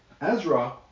Ezra